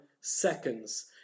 seconds